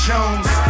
Jones